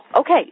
Okay